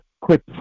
quick